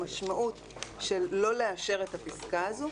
המשמעות של לא לאשר את הפסקה הזו,